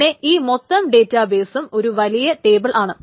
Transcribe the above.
പിന്നെ ഈ മൊത്തം ഡേറ്റാബെസും ഒരു വലിയ ടേബിൾ ആണ്